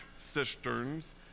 cisterns